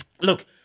Look